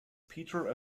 peter